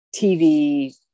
tv